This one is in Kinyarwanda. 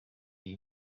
iyi